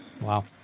Wow